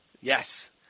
Yes